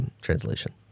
translation